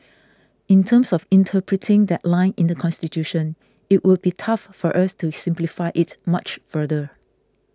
in terms of interpreting that line in the Constitution it would be tough for us to simplify it much further